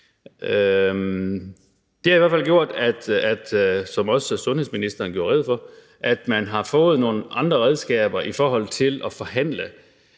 Det har i hvert fald gjort, som også sundhedsministeren gjorde rede for, at man har fået nogle andre redskaber til at forhandle